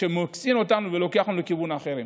מוציאים אותנו ולוקחים לכיוונים אחרים.